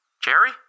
Jerry